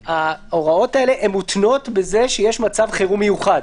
ההוראות האלה מותנות בזה שיש מצב חירום מיוחד.